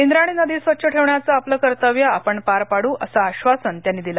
इंद्रायणी नदी स्वच्छ ठेवण्याचं आपलं कर्तव्य आपण पार पाडू असं आश्वासन त्यांनी दिलं